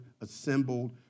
assembled